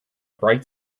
bright